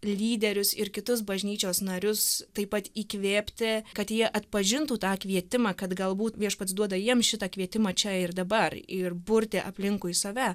lyderius ir kitus bažnyčios narius taip pat įkvėpti kad jie atpažintų tą kvietimą kad galbūt viešpats duoda jiems šitą kvietimą čia ir dabar ir burti aplinkui save